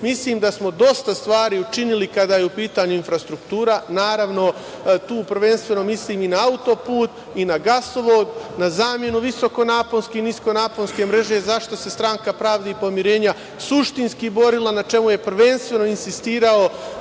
da smo dosta stvari učinili kada je u pitanju infrastruktura. Tu prvenstveno mislim i na autoput, na gasovod, na zamenu visokonaponske i niskonaponske mreže, za šta Stranka pravde i pomirenja suštinski borila, na čemu je prvenstveno insistirao